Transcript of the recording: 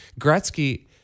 Gretzky